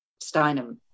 Steinem